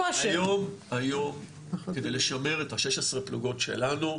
היום כדי לשמר את ה-16 פלוגות שלנו,